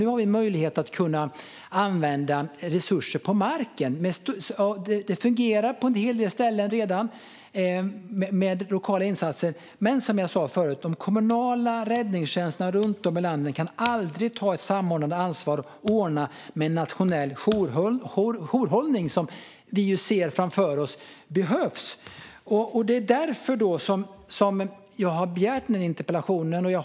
Vi har möjlighet att använda resurser på marken. Det fungerar redan på en hel del ställen med lokala insatser. Men som jag sa förut kan de kommunala räddningstjänsterna runt om i landet aldrig ta ett samordnande ansvar för att ordna med nationell jourhållning, som vi ser framför oss behövs. Det är därför jag har ställt den här interpellationen.